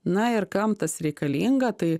na ir kam tas reikalinga tai